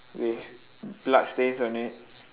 with bloodstains on it